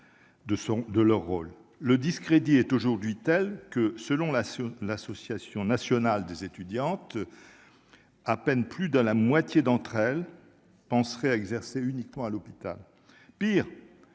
de leur rôle, le discrédit est aujourd'hui telle que, selon la sur l'association nationale des étudiantes à peine plus de la moitié d'entre elles penseraient à exercer uniquement à l'hôpital, pire,